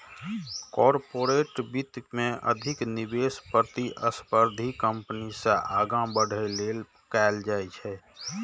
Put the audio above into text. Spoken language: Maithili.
कॉरपोरेट वित्त मे अधिक निवेश प्रतिस्पर्धी कंपनी सं आगां बढ़ै लेल कैल जाइ छै